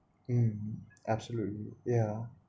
mm absolutely yeah